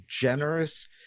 generous